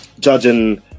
judging